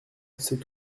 c’est